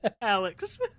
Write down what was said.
alex